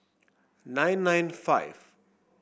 nine nine five